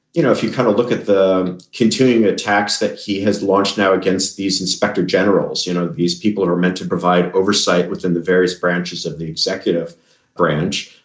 you know if you kind of look at the continuing attacks that he has launched now against these inspector generals, you know, these people are meant to provide oversight within the various branches of the executive branch.